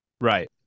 Right